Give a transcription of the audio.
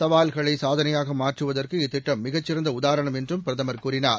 சவால்களை சாதனையாக மாற்றுவதற்கு இத்திட்டம மிகச் சிறந்த உதாரணம் என்று பிரதமர் கூறினார்